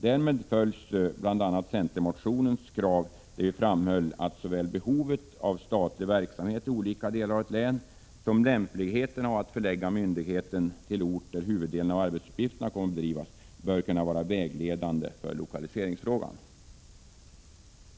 Därmed följs bl.a. centermotionen, där vi framhöll att såväl behovet av statlig verksamhet i olika delar av ett län som lämpligheten av att förlägga myndigheten till ort där huvuddelen av arbetsuppgifterna kommer att bedrivas, bör kunna vara vägledande i lokaliseringsfrågan.